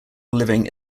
living